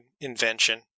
invention